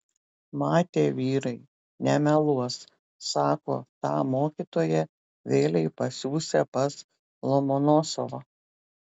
matė vyrai nemeluos sako tą mokytoją vėlei pasiųsią pas lomonosovą